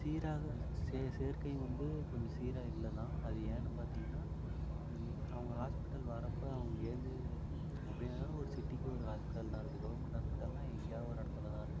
சீராக சே சேர்க்கை வந்து கொஞ்சம் சீராக இல்லைதான் அது ஏன்னு பார்த்திங்கன்னா அவங்க ஹாஸ்பிட்டல் வரப்போ அங்கேருந்து எப்படியா இருந்தாலும் ஒரு சிட்டிக்கு ஒரு ஹாஸ்பிட்டல் தான் இருக்குது கவுர்மெண்ட் ஹாஸ்பிட்டல்னால் எங்கேயாது ஒரு இடத்துலதான் இருக்குது